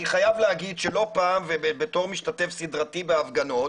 אני חייב לומר בתור משתתף סדרתי בהפגנות